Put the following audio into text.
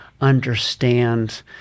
understand